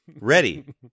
Ready